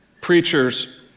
preachers